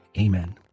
amen